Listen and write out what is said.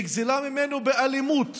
נגזלה ממנו באלימות